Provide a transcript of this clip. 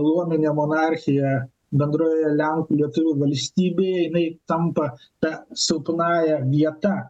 luominė monarchija bendroje lenkų lietuvių valstybėje jinai tampa ta silpnąja vieta